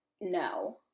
no